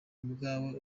ubwawe